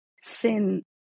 sin